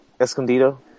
Escondido